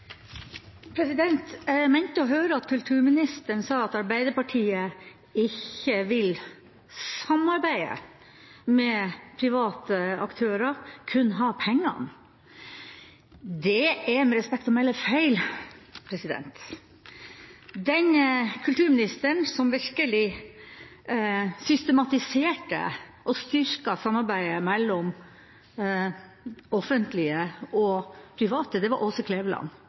for. Jeg mente å høre at kulturministeren sa at Arbeiderpartiet ikke vil samarbeide med private aktører, kun ha pengene. Det er, med respekt å melde, feil. Den kulturministeren som virkelig systematiserte og styrket samarbeidet mellom offentlige og private, var Åse Kleveland